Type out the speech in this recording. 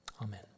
Amen